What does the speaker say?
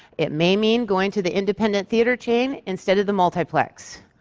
it may mean going to the independent theater chain instead of the multiplex.